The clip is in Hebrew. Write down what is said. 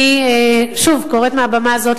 אני שוב קוראת מהבמה הזאת,